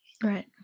Right